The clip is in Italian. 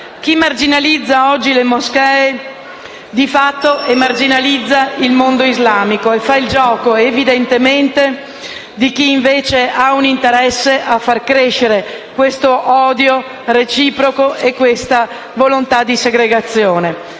Chi marginalizza oggi le moschee di fatto marginalizza il mondo islamico ed evidentemente fa il gioco di chi, invece, ha un interesse a far crescere l'odio reciproco e la volontà di segregazione.